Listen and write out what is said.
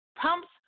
Pumps